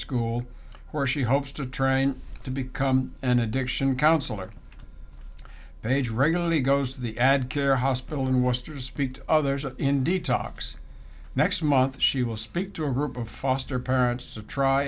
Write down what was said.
school where she hopes to train to become an addiction counselor paige regularly goes to the ad care hospital in western speak to others in detox next month she will speak to a group of foster parents to try